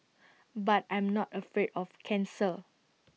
but I'm not afraid of cancer